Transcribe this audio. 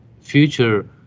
future